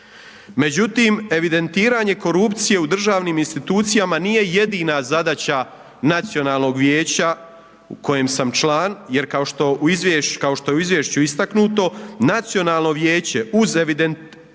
Međutim evidentiranje korupcije u državnim institucijama nije jedina zadaća Nacionalnog vijeća kojem sam član jer kao što je u izvješću istaknuto, Nacionalno vijeće uz evidentiranje,